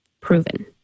proven